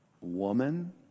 woman